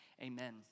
amen